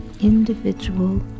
individual